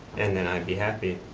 and then i'd be happy.